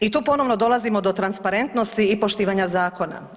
I tu ponovo dolazimo do transparentnosti i poštivanja zakona.